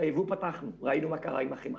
את הייבוא פתחנו ראינו מה קרה עם החמאה.